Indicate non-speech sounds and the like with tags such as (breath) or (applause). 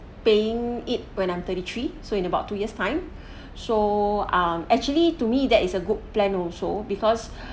paying it when I'm thirty three so in about two years time (breath) so um actually to me that is a good plan also because (breath)